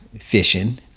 fishing